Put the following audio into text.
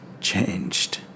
changed